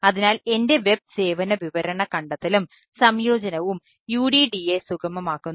അതിനാൽ എന്റെ വെബ് സേവന വിവരണ കണ്ടെത്തലും സംയോജനവും UDDI സുഗമമാക്കുന്നു